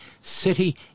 city